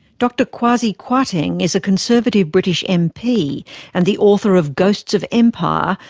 dr kwasi kwarteng is a conservative british mp and the author of ghosts of empire,